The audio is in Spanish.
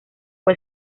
fue